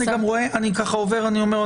אני גם עובר על זה ואני אומר,